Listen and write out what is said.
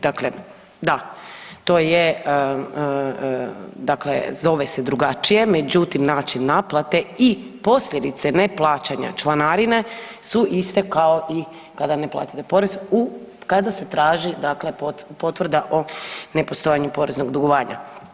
Dakle, da, dakle zove se drugačije međutim način naplate i posljedice neplaćanja članarine su iste kao i kada ne platite porez kada se traži potvrda o nepostojanju poreznog dugovanja.